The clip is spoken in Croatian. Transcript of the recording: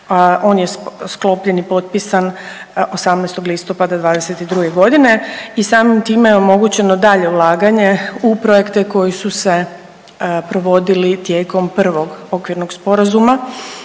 on je sklopljen i potpisan 18. listopada '22.g. i samim time je omogućeno dalje ulaganje u projekte koji su se provodili tijekom prvog okvirnog sporazuma